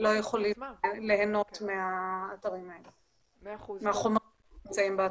יכולים ליהנות מהחומרים האלה.